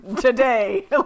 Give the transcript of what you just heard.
today